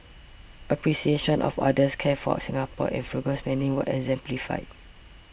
appreciation of others care for Singapore and frugal spending were exemplified